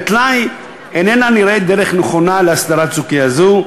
טלאי איננה נראית דרך נכונה להסדרת סוגיה זו.